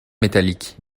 métalliques